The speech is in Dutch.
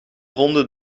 ronde